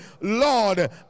Lord